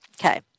Okay